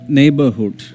neighborhood